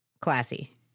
classy